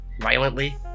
violently